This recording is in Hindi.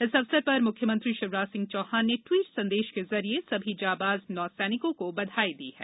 इस अवसर पर म्ख्यमंत्री शिवराज सिंह चौहान ने ट्वीट संदेश के जरिए सभी जाबांज नौसेनिकों को बधाई दी है